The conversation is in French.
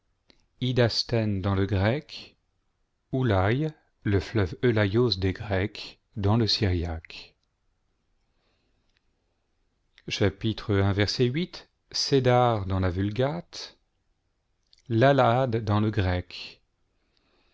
dans le grec ulaï le fleuve eoxaïo des grecs dans le syriaque céda dans la vulgate taxacis dans le grec